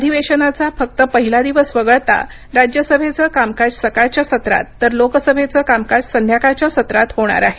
अधिवेशनाचा फक्त पहिला दिवस वगळता राज्यसभेचं कामकाज सकाळच्या सत्रात तर लोकसभेचं कामकाज संध्याकाळच्या सत्रात होणार आहे